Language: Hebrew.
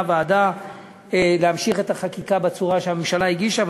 הוועדה להמשיך את החקיקה בצורה שהממשלה הגישה,